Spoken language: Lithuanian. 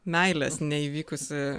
meilės neįvykusi